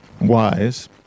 wise